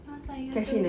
I was like you ada